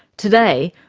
today,